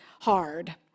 hard